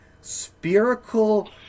spherical